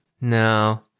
No